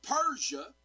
Persia